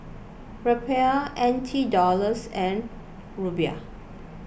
Rupiah N T Dollars and